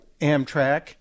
Amtrak